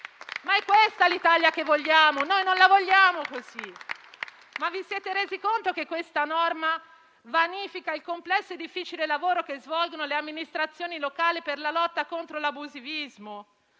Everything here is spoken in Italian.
È questa l'Italia che vogliamo? Noi non la vogliamo così! Vi siete resi conto che questa norma vanifica il complesso e difficile lavoro, che svolgono le amministrazioni locali, per la lotta contro l'abusivismo?